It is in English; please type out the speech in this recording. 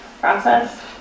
Process